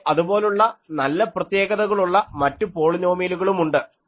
പക്ഷേ അതുപോലെയുള്ള നല്ല പ്രത്യേകതകളുള്ള മറ്റു പോളിനോമിയലുകളുമുണ്ട്